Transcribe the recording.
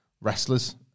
wrestlers